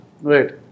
Right